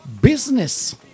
Business